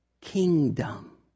kingdom